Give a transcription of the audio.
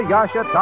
Yasha